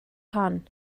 hon